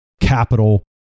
capital